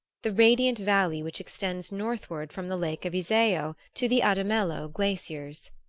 the radiant valley which extends northward from the lake of iseo to the adamello glaciers.